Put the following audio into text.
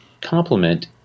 complement